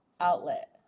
Outlet